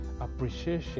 appreciation